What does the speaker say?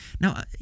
now